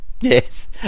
Yes